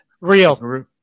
real